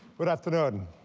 good afternoon.